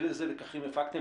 אילו לקחים הפקתם?